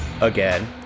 again